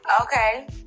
Okay